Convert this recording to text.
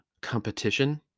competition